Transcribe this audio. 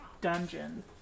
dungeon